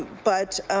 but